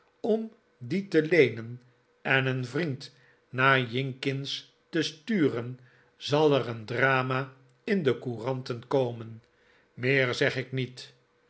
om die te leenen en een vriend naar jinkins te sturen zal er een drama in de couranten komen meer zeg ik niet